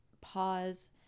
pause